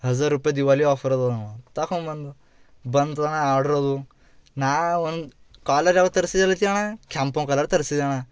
ಹಝಾರ್ ರೂಪಾಯಿ ದಿವಾಲಿ ಆಫರ್ ಅದು ಅವ ತಗೊಂಬಂದು ಬಂದ್ತಣ್ಣ ಆರ್ಡ್ರ ಅದು ನಾ ಒಂದು ಕಾಲರ್ ಯಾವ ತರಿಸಿದೆ ರೀತಿಯಣ್ಣ ಕೆಂಪನ್ ಕಲರ್ ತರ್ಸಿದೆಯಣ್ಣ